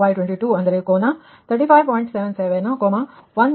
6 degree ಮತ್ತು ಇದು ಕೋನ 58